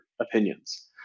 opinions